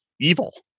evil